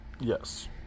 Yes